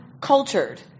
cultured